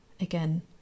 again